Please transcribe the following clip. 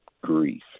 grief